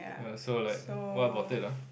ya so like what about it lah